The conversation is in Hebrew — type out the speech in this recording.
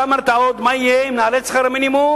אתה אמרת עוד: מה יהיה אם נעלה את שכר המינימום,